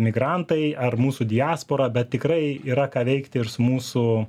migrantai ar mūsų diaspora bet tikrai yra ką veikt ir su mūsų